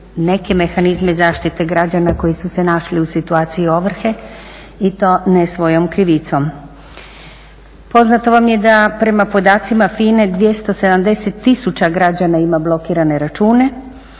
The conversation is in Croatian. neke mehanizme zaštite građana koji su se našli u situaciji ovrhe i to ne svojom krivicom. Poznato vam je da prema podacima FINA-e 270 tisuća građana ima blokirane račune,